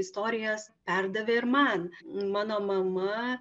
istorijas perdavė ir man mano mama